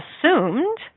assumed